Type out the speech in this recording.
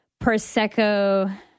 Prosecco